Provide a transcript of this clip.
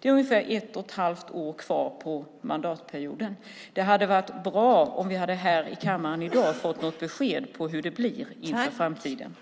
Det är ungefär ett och ett halvt år kvar på mandatperioden. Det hade varit bra om vi här i kammaren i dag hade fått något besked om hur det blir inför framtiden.